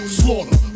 slaughter